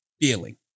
feeling